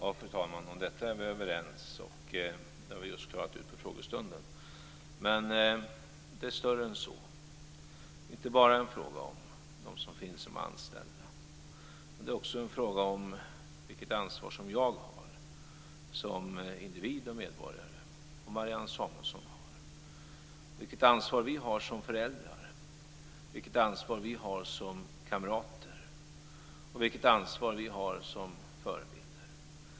Fru talman! Detta är vi överens om. Det har vi just klarat ut på frågestunden. Men det här är större än så. Det är inte bara fråga om dem som finns som anställda. Det är också en fråga om vilket ansvar jag har som individ och medborgare. Vilket ansvar Marianne Samuelsson har. Vilket ansvar vi har som föräldrar. Vilket ansvar vi har som kamrater. Vilket ansvar vi har som förebilder.